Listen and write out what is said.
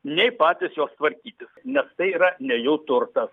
nei patys jos tvarkytis nes tai yra ne jų turtas